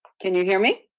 can you hear me?